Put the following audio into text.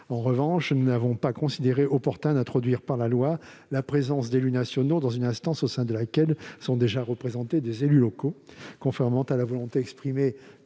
En revanche, nous n'avons pas considéré comme opportun d'introduire par la loi la présence d'élus nationaux dans une instance au sein de laquelle sont déjà représentés des élus locaux, conformément à la volonté de